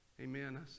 Amen